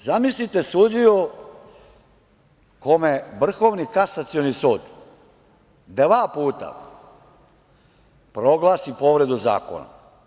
Zamislite sudiju kome je Vrhovni kasacioni sud dva puta proglasio povredu zakona.